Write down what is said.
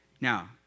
Now